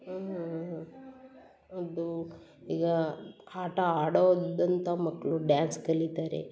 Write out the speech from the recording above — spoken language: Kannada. ಆಂ ಅದೂ ಈಗ ಹಾಟ ಆಡೋದಂಥ ಮಕ್ಕಳು ಡ್ಯಾನ್ಸ್ ಕಲಿತಾರೆ